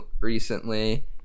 recently